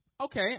Okay